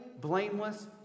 blameless